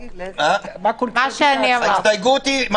ההסתייגות היא,